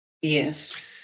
yes